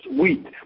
wheat